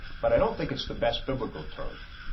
but i don't think it's the best biblical term.